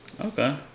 Okay